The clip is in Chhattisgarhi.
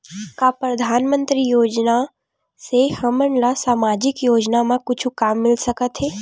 का परधानमंतरी योजना से हमन ला सामजिक योजना मा कुछु काम मिल सकत हे?